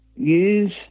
Use